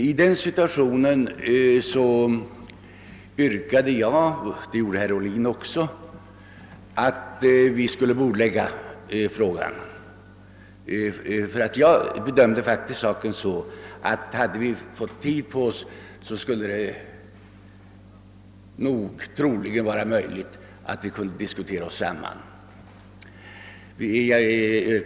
I den situationen yrkade jag liksom även herr Ohlin, att frågan skulle bordläggas. Jag bedömde saken så att vi, om vi haft tid på oss, troligen hade kunnat diskutera oss samman.